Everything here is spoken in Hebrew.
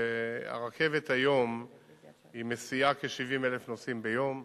והרכבת היום מסיעה כ-70,000 נוסעים ביום.